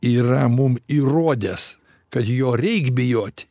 yra mum įrodęs kad jo reik bijot